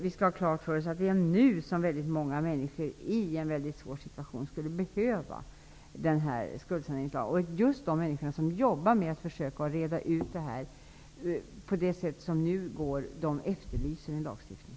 Vi skall ha klart för oss att det är nu som väldigt många människor som befinner sig i en mycket svår situation skulle behöva en skuldsaneringslag. De människor som jobbar med att försöka reda ut dessa problem efterlyser en lagstiftning.